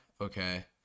okay